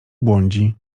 błądzi